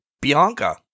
Bianca